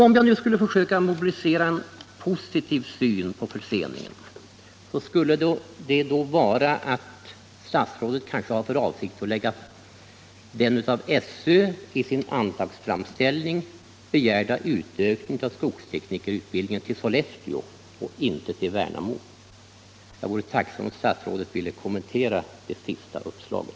Om jag nu skulle försöka mobilisera en positiv syn på förseningen, så skulle det vara att statsrådet kanske har för avsikt att förlägga den av skolöverstyrelsen i anslagsframställningen begärda utökningen av skogsteknikerutbildningen till Sollefteå, inte till Värnamo. Jag vore tacksam om statsrådet ville kommentera det uppslaget.